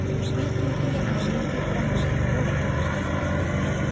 វាទាមទារអោយមានភាពប្រុងប្រយ័ត្នខ្ពស់ ដើម្បីកុំឱ្យស្បែកដាច់។